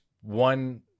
one